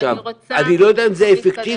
אני לא יודע אם זה אפקטיבי,